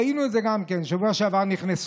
ראינו את זה גם כן: בשבוע שעבר נכנסו,